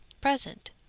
present